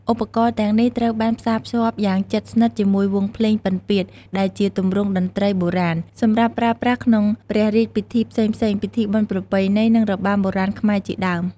ឧបករណ៍ទាំងនេះត្រូវបានផ្សារភ្ជាប់យ៉ាងជិតស្និទ្ធជាមួយវង់ភ្លេង ពិណពាទ្យ ដែលជាទម្រង់តន្ត្រីបុរាណសម្រាប់ប្រើប្រាស់ក្នុងព្រះរាជពិធីផ្សេងៗ ពិធីបុណ្យប្រពៃណី និងរបាំបុរាណខ្មែរជាដើម។